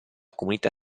comunità